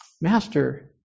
Master